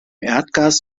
erdgas